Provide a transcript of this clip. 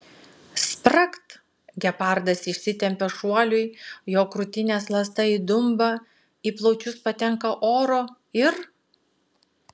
spragt gepardas išsitempia šuoliui jo krūtinės ląsta įdumba į plaučius patenka oro ir